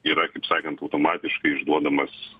yra kaip sakant automatiškai išduodamas